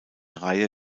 reihe